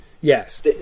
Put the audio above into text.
Yes